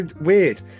weird